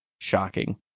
shocking